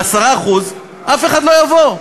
ב-10% אף אחד לא יבוא,